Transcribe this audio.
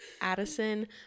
Addison